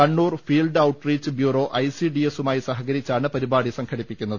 Kannur field outreach bureau I C D എസുമായി സഹകരി ച്ചാണ് പരിപാടി സംഘടിപ്പിക്കുന്നത്